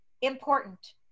important